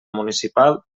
municipal